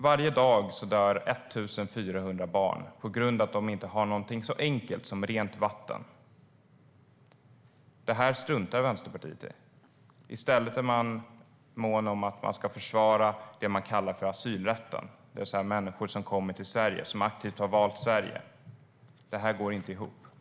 Varje dag dör 1 400 barn på grund av att de inte har någonting så enkelt som rent vatten. Det här struntar Vänsterpartiet i. I stället är man mån om att försvara det som man kallar asylrätten för människor som aktivt har valt att komma till Sverige. Det här går inte ihop.